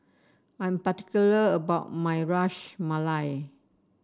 I am particular about my Ras Malai